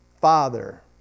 father